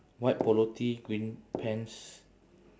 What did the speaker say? white polo T green pants